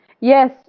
Yes